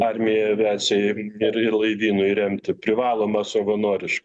armija aviacijai ir laivynui remti privaloma savanoriškai